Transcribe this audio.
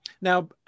Now